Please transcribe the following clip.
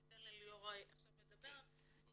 אני אתן לליאור לדבר עכשיו.